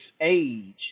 age